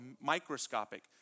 microscopic